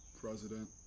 president